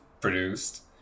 produced